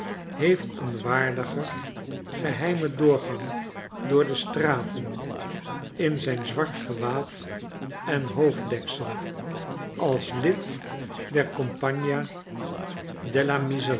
heeft een waardiger geheimen doorgang door de straten in zijn zwart gewaad en hoofddeksel als lid der compagnia